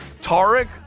Tarek